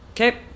Okay